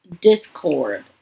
discord